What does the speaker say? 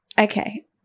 okay